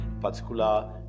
particular